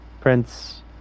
prince